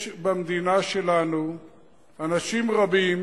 יש במדינה שלנו אנשים רבים